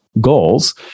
goals